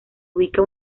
ubica